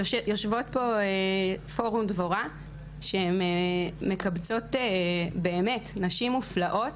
יושבות פה פורום דבורה שהן מקבצות באמת נשים מופלאות